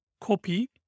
copy